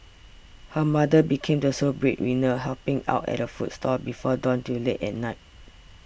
her mother became the sole breadwinner helping out at a food stall before dawn till late at night